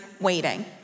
waiting